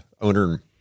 owner